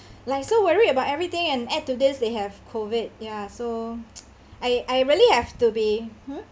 like so worried about everything and add to this they have COVID ya so I I really have to be hmm